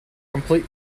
complete